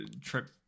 trip